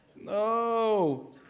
No